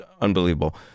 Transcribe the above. unbelievable